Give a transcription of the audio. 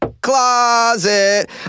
closet